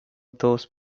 those